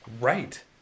right